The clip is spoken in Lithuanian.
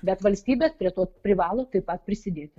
bet valstybė prie to privalo taip pat prisidėti